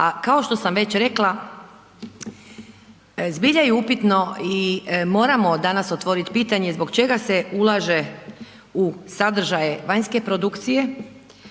A kao što sam već rekla zbilja je upitno i moramo danas otvorit pitanje zbog čega se ulaže u sadržaje vanjske produkcije